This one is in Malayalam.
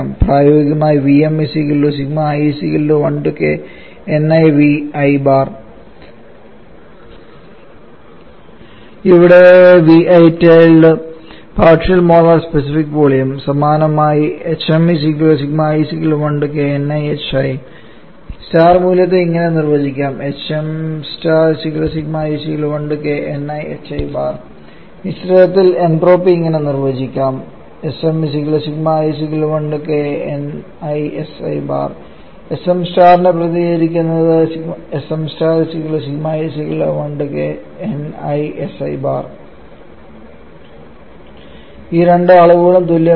പ്രായോഗികമായി ഇവിടെ vi tilde partial molar specific volume സമാനമായി മൂല്യത്തെ ഇങ്ങനെ നിർവചിക്കാം മിശ്രിതത്തിൽ എൻട്രോപ്പി ഇങ്ങനെ നിർവചിക്കാം Sm പ്രതിനിധീകരിക്കുന്നത് ഈ രണ്ട് അളവുകളും തുല്യമല്ല